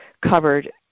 covered